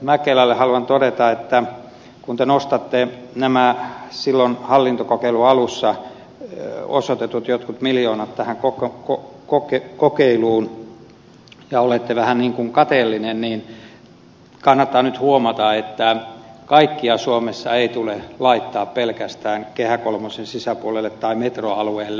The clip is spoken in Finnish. mäkelälle haluan todeta että kun te nostatte nämä jotkut silloin hallintokokeilun alussa tähän kokeiluun osoitetut miljoonat esille ja olette vähän ikään kuin kateellinen niin kannattaa nyt huomata että kaikkea ei tule laittaa suomessa pelkästään kehä kolmosen sisäpuolelle tai metroalueelle